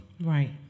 Right